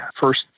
first